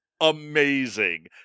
amazing